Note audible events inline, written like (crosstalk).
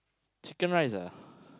chicken rice ah (breath)